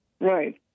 Right